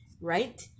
right